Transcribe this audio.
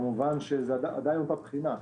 זה אותה בחינה.